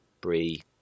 brie